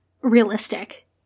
realistic